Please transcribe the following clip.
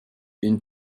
une